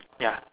ya